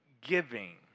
giving